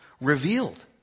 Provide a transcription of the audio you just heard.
revealed